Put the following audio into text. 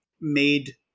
made